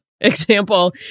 example